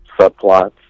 subplots